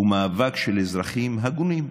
הוא מאבק של אזרחים הגונים,